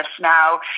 now